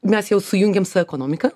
mes jau sujungėm su ekonomika